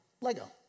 Lego